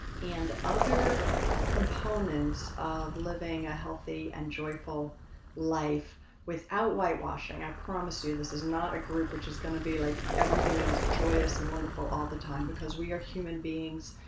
and other components of living a healthy and joyful life without whitewashing. i promise you this is not a group which is kind of be like everything is joyous and wonderful all the time because we are human beings.